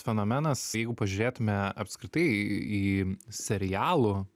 fenomenas jeigu pažiūrėtume apskritai į serialų